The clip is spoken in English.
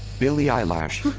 billy eyelash.